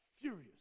furious